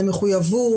על המחויבות,